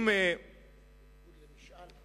בניגוד למשאל.